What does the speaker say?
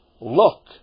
look